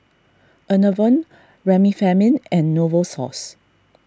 Enervon Remifemin and Novosource